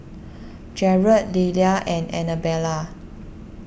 Jerad Lelia and Anabella